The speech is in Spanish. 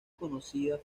conocida